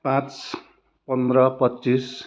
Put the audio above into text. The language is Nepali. पाँच पन्ध्र पच्चिस